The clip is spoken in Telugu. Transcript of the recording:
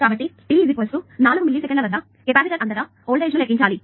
కాబట్టి t4 మిల్లీసెకన్ల వద్ద కెపాసిటర్ అంతటా వోల్టేజ్ ని లెక్కించాలి